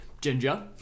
Ginger